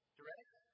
direct